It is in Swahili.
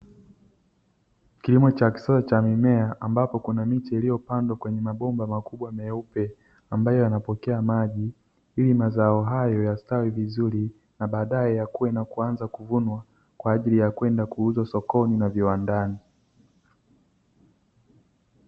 Kilimo cha kisasa cha mimea ambapo kunamiche iliyopandwa kwenye mabomba makubwa meupe ambayo yanapokea maji ili mazao hayo ya stawi vizuri na baadae ya kue na kwenda kuanza kuvunwa kwa ajili ya kwenda kuuzwa sokoni na viwandani.